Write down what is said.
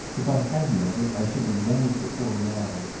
if i had meant it, i should have done it before now.